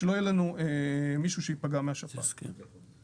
נשיב ככל שנתבקש.